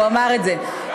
הוא אמר את זה.